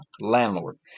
landlord